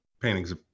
paintings